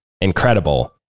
incredible